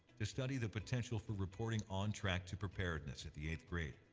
to study the potential for reporting on track to preparedness at the eighth grade,